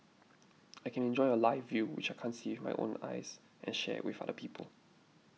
I can enjoy a live view which I can't see with my own eyes and share it with other people